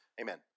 Amen